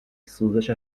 سوزش